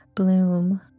bloom